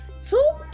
two